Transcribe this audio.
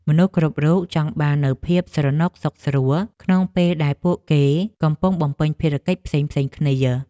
មនុស្សគ្រប់រូបចង់បាននូវភាពស្រណុកសុខស្រួលក្នុងពេលដែលពួកគេកំពុងបំពេញភារកិច្ចផ្សេងៗគ្នា។